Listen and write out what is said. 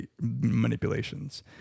manipulations